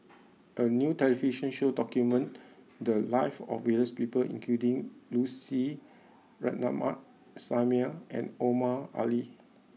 a new television show documented the lives of various people including Lucy Ratnammah Samuel and Omar Ali